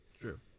True